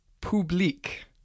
Public